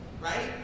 right